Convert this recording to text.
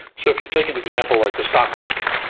so if you take an example like the stock market.